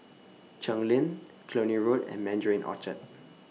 Cheng Lim Cluny Road and Mandarin Orchard